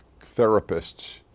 therapists